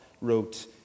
wrote